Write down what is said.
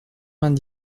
vingt